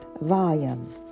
volume